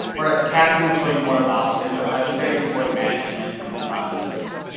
or as katherine will tell you more about, during the legendary sport management group projects.